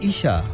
Isha